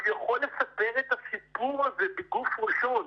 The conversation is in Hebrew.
והוא יכול לספר את הסיפור הזה בגוף ראשון.